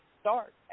start